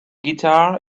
guitar